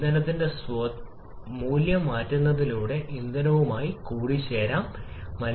അതിനാൽ സ്റ്റോയിയോമെട്രിക് വായു ഇന്ധന അനുപാതം മീഥെയ്ൻ ഏകദേശം 17